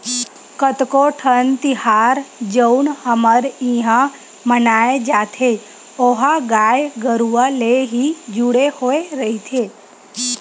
कतको ठन तिहार जउन हमर इहाँ मनाए जाथे ओहा गाय गरुवा ले ही जुड़े होय रहिथे